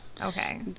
Okay